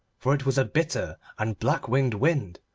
for it was a bitter and black-winged wind,